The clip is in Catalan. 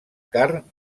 carn